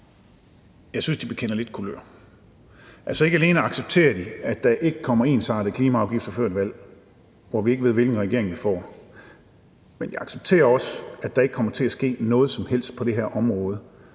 det her, bekender kulør. Altså, ikke alene accepterer de, at der ikke kommer en ensartet klimaafgift før et valg, hvor vi ikke ved, hvilken regering vi får, men de accepterer også, at der ikke kommer til at ske noget som helst på det her område.